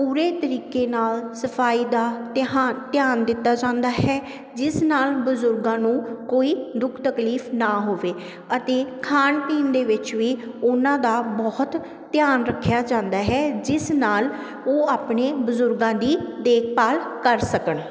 ਪੂਰੇ ਤਰੀਕੇ ਨਾਲ ਸਫਾਈ ਦਾ ਧਿਹਾ ਧਿਆਨ ਦਿੱਤਾ ਜਾਂਦਾ ਹੈ ਜਿਸ ਨਾਲ ਬਜ਼ੁਰਗਾਂ ਨੂੰ ਕੋਈ ਦੁੱਖ ਤਕਲੀਫ ਨਾ ਹੋਵੇ ਅਤੇ ਖਾਣ ਪੀਣ ਦੇ ਵਿੱਚ ਵੀ ਉਹਨਾਂ ਦਾ ਬਹੁਤ ਧਿਆਨ ਰੱਖਿਆ ਜਾਂਦਾ ਹੈ ਜਿਸ ਨਾਲ ਉਹ ਆਪਣੇ ਬਜ਼ੁਰਗਾਂ ਦੀ ਦੇਖਭਾਲ ਕਰ ਸਕਣ